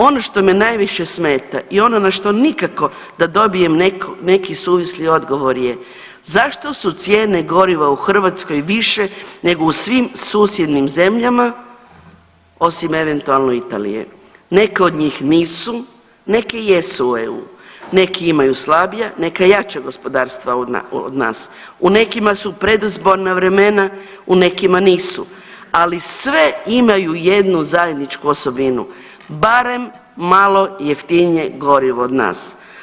Ono što me najviše smeta i ono na što nikako da dobijem neki suvisli odgovor je zašto su cijene goriva u Hrvatskoj više nego u svim susjednim zemljama osim eventualno Italije, neke od njih nisu, neke jesu u EU, neki imaju slabija, neka jača gospodarstva od nas, u nekima su predizborna vremena, u nekima nisu, ali sve imaju jednu zajedničku osobinu, barem malo jeftinije gorivo od nas.